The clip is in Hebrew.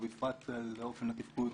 ובפרט על אופן התפקוד